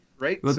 Right